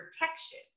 protection